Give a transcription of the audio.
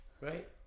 right